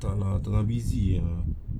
tak lah tengah busy ah